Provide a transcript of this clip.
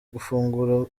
gufungura